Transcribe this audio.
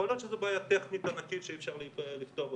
יכול להיות שזו בעיה טכנית ענקית שאי אפשר לפתור אותה,